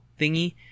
thingy